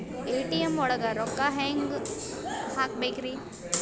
ATM ಒಳಗ್ ರೊಕ್ಕ ಹೆಂಗ್ ಹ್ಹಾಕ್ಬೇಕ್ರಿ?